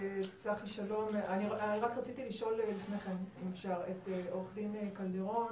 רציתי לשאול אם אפשר את עורך הדין קלדרון,